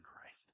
Christ